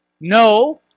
No